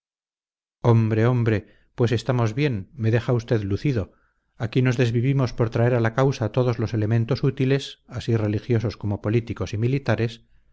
hombre hombre pues estamos bien me deja usted lucido aquí nos desvivimos por traer a la causa todos los elementos útiles así religiosos como políticos y militares